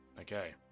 Okay